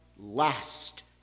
last